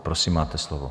Prosím, máte slovo.